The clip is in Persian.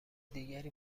دیگری